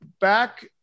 back